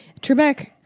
Trebek